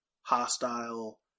hostile